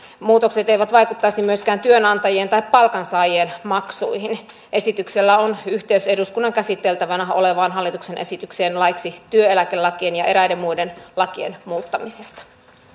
muutokset eivät vaikuttaisi myöskään työnantajien tai palkansaajien maksuihin esityksellä on yhteys eduskunnan käsiteltävänä olevaan hallituksen esitykseen laeiksi työeläkelakien ja eräiden muiden lakien muuttamisesta